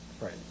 Right